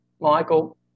Michael